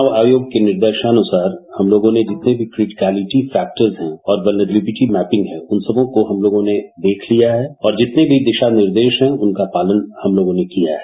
चुनाव आयोग के निर्देशानुसार हम लोगों ने जितने भी क्रीट मैलिटी फैक्टर्स है और मैपिंग है उन सबको हम लोगों ने देख लिया है और जितने भी दिशा निर्देश है उनका पालन हम लोगों ने किया है